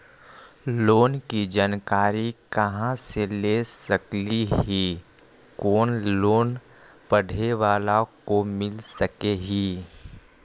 Loan की जानकारी कहा से ले सकली ही, कोन लोन पढ़े बाला को मिल सके ही?